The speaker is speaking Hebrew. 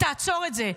תעצור את זה.